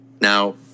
Now